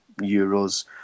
euros